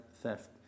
theft